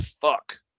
fuck